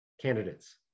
candidates